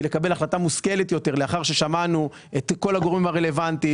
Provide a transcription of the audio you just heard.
לקבל החלטה מושכלת יותר לאחר ששמענו את כל הגורמים הרלוונטיים,